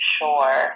sure